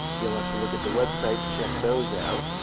you'll have to look at the website to check those out.